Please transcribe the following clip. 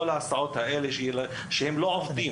כל עניין ההסעות הזה פשוט לא עובד.